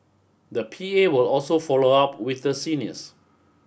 the P A will also follow up with the seniors